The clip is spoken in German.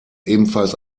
ebenfalls